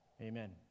Amen